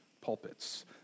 pulpits